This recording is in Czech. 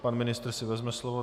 Pan ministr si vezme slovo.